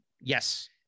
Yes